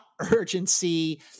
urgency